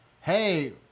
Hey